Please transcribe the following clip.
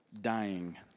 dying